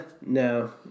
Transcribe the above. no